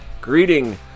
greeting